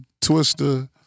Twister